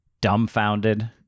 dumbfounded